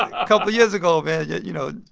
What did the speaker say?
a couple years ago, man, yeah you know,